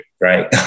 right